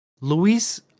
Luis